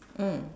mm